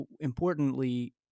importantly